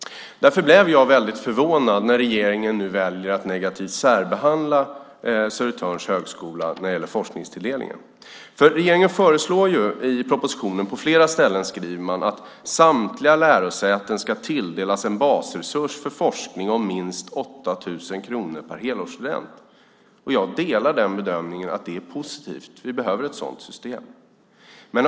Jag blir därför mycket förvånad när regeringen väljer att negativt särbehandla Södertörns högskola när det gäller forskningsresurstilldelningen. Regeringen skriver på flera ställen i propositionen att samtliga lärosäten ska tilldelas en basresurs för forskning om minst 8 000 kronor per helårsstudent. Jag delar bedömningen att det är positivt. Vi behöver ett sådant system.